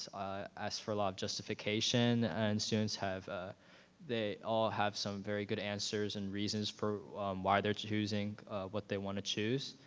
asked for a lot of justification and students have, ah they all have some very good answers and reasons for why they're choosing what they wanna choose.